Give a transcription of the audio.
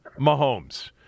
Mahomes